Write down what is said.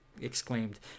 Exclaimed